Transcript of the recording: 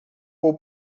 por